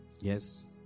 yes